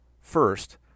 First